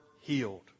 healed